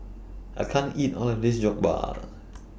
I can't eat All of This Jokbal